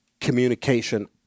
communication